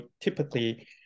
typically